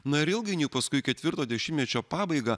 na ir ilgainiui paskui į ketvirto dešimtmečio pabaigą